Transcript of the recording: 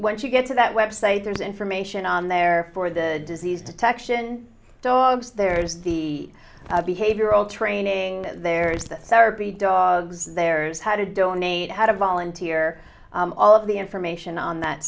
when you get to that website there's information on there for the disease detection dogs there's the behavioral training there's that sarah the dogs there's how to donate how to volunteer all of the information on that